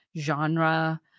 genre